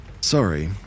Sorry